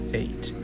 eight